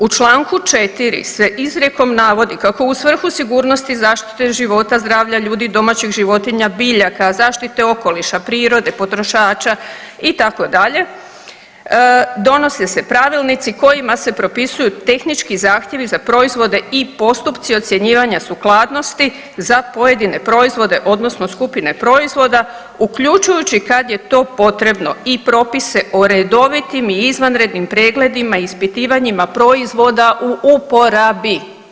U čl. 4. se izrekom navodi „ kako u svrhu sigurnosti zaštite života, zdravlja ljudi, domaćih životinja, biljaka, zaštite okoliše prirode, potrošača itd.“, donose se Pravilnici kojima se propisuju tehnički zahtjevi za proizvode i postupci ocjenjivanja sukladnosti za pojedine proizvode odnosno skupine proizvoda uključujući kada je to potrebno i propise o redovitim i izvanrednim pregledima i ispitivanjima proizvoda u uporabi.